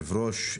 יושב הראש,